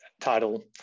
title